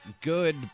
good